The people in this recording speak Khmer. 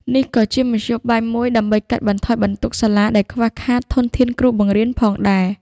នេះក៏ជាមធ្យោបាយមួយដើម្បីកាត់បន្ថយបន្ទុកសាលាដែលខ្វះខាតធនធានគ្រូបង្រៀនផងដែរ។